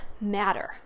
matter